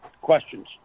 questions